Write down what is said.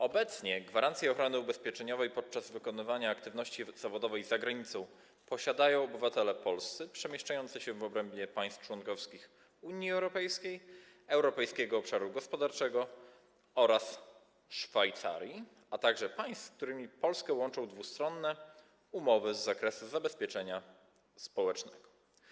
Obecnie gwarancję ochrony ubezpieczeniowej podczas wykonywania aktywności zawodowej za granicą posiadają obywatele polscy przemieszczający się w obrębie państw członkowskich Unii Europejskiej, Europejskiego Obszaru Gospodarczego oraz Szwajcarii, a także państw, z którymi Polskę łączą dwustronne umowy z zakresu zabezpieczenia społecznego.